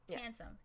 handsome